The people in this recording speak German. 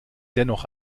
dennoch